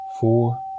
four